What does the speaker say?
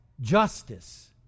justice